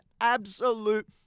absolute